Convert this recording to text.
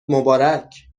مبارک